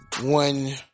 one